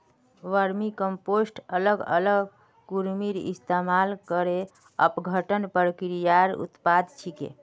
vermicompost अलग अलग कृमिर इस्तमाल करे अपघटन प्रक्रियार उत्पाद छिके